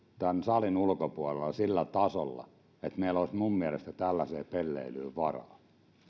tämän salin ulkopuolella sillä tasolla että meillä olisi minun mielestäni tällaiseen pelleilyyn varaa